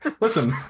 Listen